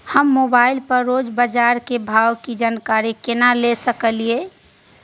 हम मोबाइल पर रोज बाजार के भाव की जानकारी केना ले सकलियै?